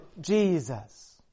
Jesus